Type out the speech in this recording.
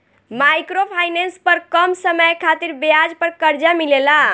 micro finance पर कम समय खातिर ब्याज पर कर्जा मिलेला